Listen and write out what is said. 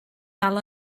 dal